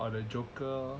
or a joker lor